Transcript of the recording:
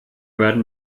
werden